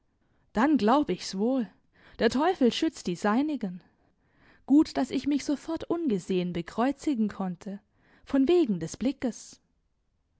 dann glaub ich's wohl der teufel schützt die seinigen gut daß ich mich sofort ungesehen bekreuzigen konnte von wegen des blickes